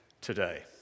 today